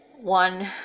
one